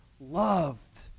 loved